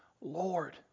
Lord